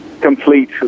complete